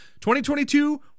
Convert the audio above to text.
2022